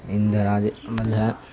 اندراج